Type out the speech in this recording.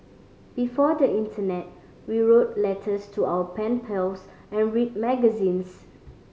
before the internet we wrote letters to our pen pals and read magazines